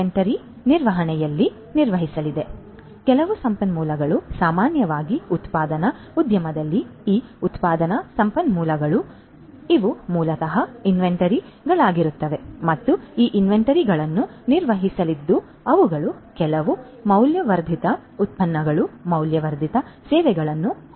ಆದ್ದರಿಂದ ಕೆಲವು ಸಂಪನ್ಮೂಲಗಳು ಸಾಮಾನ್ಯವಾಗಿ ಉತ್ಪಾದನಾ ಉದ್ಯಮದಲ್ಲಿ ಈ ಉತ್ಪಾದನಾ ಸಂಪನ್ಮೂಲಗಳು ಆದ್ದರಿಂದ ಇವು ಮೂಲತಃ ಇನ್ವೆಂಟರಿಗಳಾಗಿರುತ್ತವೆ ಮತ್ತು ಈ ಇನ್ವೆಂಟರಿಗಳನ್ನು ನಿರ್ವಹಿಸಲಿದ್ದು ಅವುಗಳು ಕೆಲವು ಮೌಲ್ಯವರ್ಧಿತ ಉತ್ಪನ್ನಗಳು ಮೌಲ್ಯವರ್ಧಿತ ಸೇವೆಗಳನ್ನು ಹೊಂದಲು ಬಳಸಲ್ಪಡುತ್ತವೆ